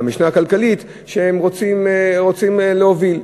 במשנה הכלכלית שהם רוצים להוביל.